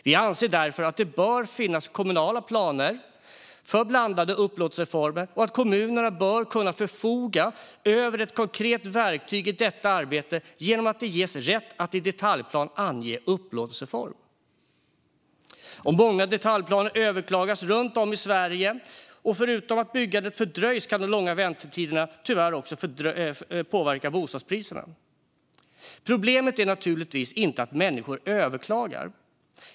Vi anser därför att det bör finnas kommunala planer för blandade upplåtelseformer och att kommunerna bör kunna förfoga över ett konkret verktyg i detta arbete genom att de ges rätt att i detaljplan ange upplåtelseform. Många detaljplaner överklagas runt om i Sverige. Förutom att byggande fördröjs kan de långa väntetiderna tyvärr också påverka bostadspriserna. Problemet är naturligtvis inte att människor överklagar.